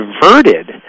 diverted